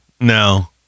no